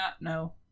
no